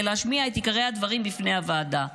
להשמיע את עיקרי הדברים בפני הוועדה.